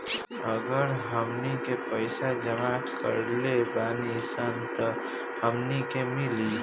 अगर हमनी के पइसा जमा करले बानी सन तब हमनी के मिली